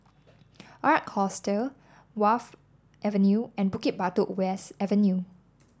Ark Hostel Wharf Avenue and Bukit Batok West Avenue